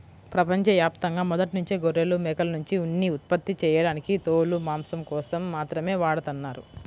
ప్రపంచ యాప్తంగా మొదట్నుంచే గొర్రెలు, మేకల్నుంచి ఉన్ని ఉత్పత్తి చేయడానికి తోలు, మాంసం కోసం మాత్రమే వాడతన్నారు